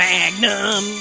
Magnum